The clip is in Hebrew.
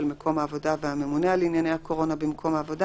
מקום העבודה והממונה על ענייני הקורונה במקום העבודה